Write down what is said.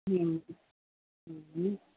હં હ